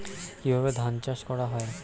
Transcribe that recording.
কিভাবে ধান চাষ করা হয়?